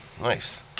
Nice